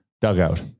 dugout